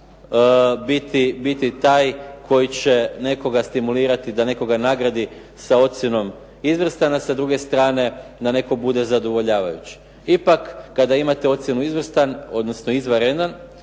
biti taj koji će nekoga stimulirati, da nekoga nagradi sa ocjenom izvrstan, a sa druge strane da netko bude zadovoljavajući. Ipak kada imate ocjenu izvrstan, odnosno izvanredan